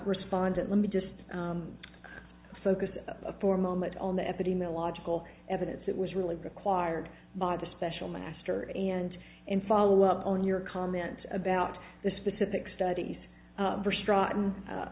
respondent let me just focus for a moment on the epidemiological evidence that was really required by the special master and in follow up on your comments about the specific stud